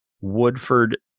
Woodford